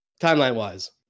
Timeline-wise